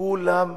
כולם כועסים,